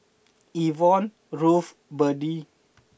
Yvonne Ruth Berdie